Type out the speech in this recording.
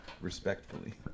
respectfully